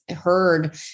heard